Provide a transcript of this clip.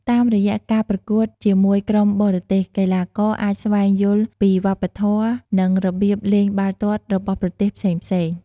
តាមរយៈការប្រកួតជាមួយក្រុមបរទេស កីឡាករអាចស្វែងយល់ពីវប្បធម៌ និងរបៀបលេងបាល់ទាត់របស់ប្រទេសផ្សេងៗ។